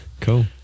Cool